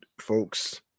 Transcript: folks